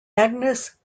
agnes